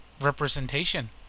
representation